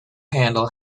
handle